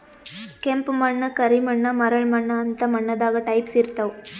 ಕೆಂಪ್ ಮಣ್ಣ್, ಕರಿ ಮಣ್ಣ್, ಮರಳ್ ಮಣ್ಣ್ ಅಂತ್ ಮಣ್ಣ್ ದಾಗ್ ಟೈಪ್ಸ್ ಇರ್ತವ್